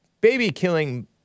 baby-killing